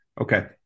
okay